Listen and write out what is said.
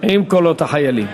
קולות החיילים.